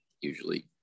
Usually